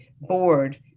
board